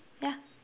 yeah